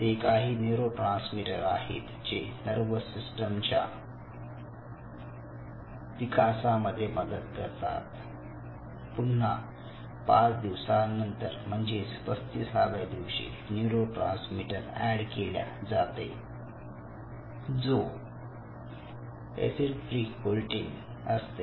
हे काही न्यूरोट्रान्समीटर आहेत जे नर्वस सिस्टम च्या विकासामध्ये मदत करतात पुन्हा पाच दिवसानंतर म्हणजेच 35 व्या दिवशी न्यूरोट्रांसमीटर ऍड केल्या जातो जो एसिटिल्कोलीन असते